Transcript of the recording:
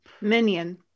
minion